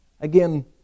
again